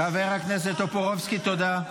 חבר הכנסת טופורובסקי, תודה.